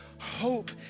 Hope